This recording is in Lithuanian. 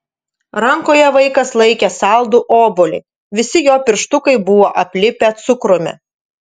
rankoje vaikas laikė saldų obuolį visi jo pirštukai buvo aplipę cukrumi